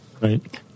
Right